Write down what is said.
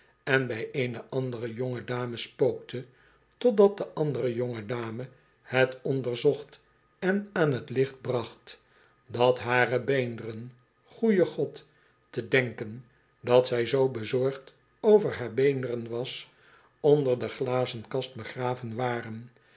en bij eene andere jonge dame spookte totdat de andere jonge dame het onderzocht en aan t licht bracht dat hare beenderen goeie g-od te denken dat zy zoo bezorgd over haar beenderen wasl onder de glazenkast begraven waren